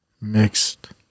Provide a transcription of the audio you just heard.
Mixed